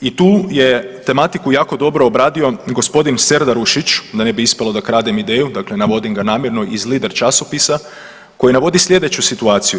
I tu je tematiku jako dobro obradio g. Serdarušić, da ne bi ispalo da kradem ideju, dakle navodim ga namjerno iz Lider časopisa, koji navodi slijedeću situaciju.